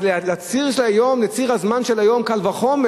אז על ציר הזמן של היום קל וחומר,